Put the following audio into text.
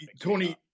Tony